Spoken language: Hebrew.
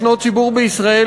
יש ציבור בישראל,